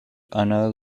einer